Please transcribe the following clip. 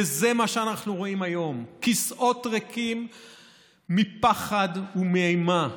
וזה מה שאנחנו רואים היום: כיסאות ריקים מפחד ומאימה,